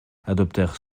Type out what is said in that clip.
adoptèrent